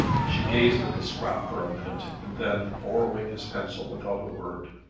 she gazed at the scrap for a minute, and then, borrowing his pencil without a word,